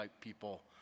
people